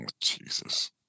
jesus